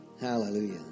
Hallelujah